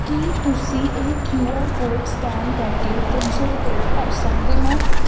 ਕੀ ਤੁਸੀਂ ਇਹ Q R code scan ਕਰ ਕੇ ਤਿੰਨ ਸੌ ਰੁਪਏ ਭਰ ਸਕਦੇ ਹੋ